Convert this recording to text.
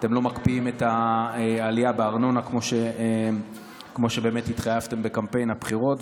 אתם לא מקפיאים את העלייה בארנונה כמו שבאמת התחייבתם בקמפיין הבחירות.